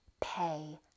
pay